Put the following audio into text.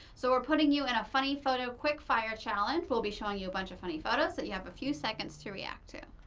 so we're putting you in and a funny photo quick fire challenge. we'll be showing you a bunch of funny photos that you have a few seconds to react to.